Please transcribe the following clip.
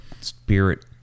spirit